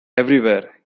everywhere